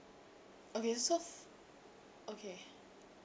okay so f~ okay